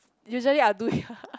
usually I'll do here